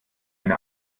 eine